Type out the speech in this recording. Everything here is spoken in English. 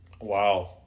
Wow